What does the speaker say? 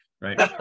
right